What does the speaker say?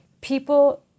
people